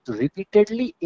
repeatedly